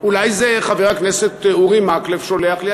אולי זה חבר הכנסת אורי מקלב שולח לי?